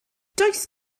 does